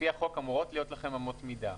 לפי החוק אמורות להיות לכם אמות מידה.